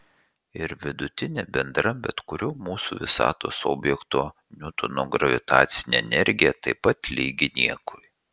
ir vidutinė bendra bet kurio mūsų visatos objekto niutono gravitacinė energija taip pat lygi niekui